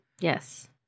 Yes